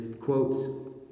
quotes